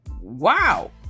wow